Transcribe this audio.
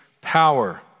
power